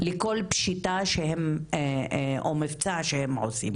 לכל פשיטה או מבצע שהם עושים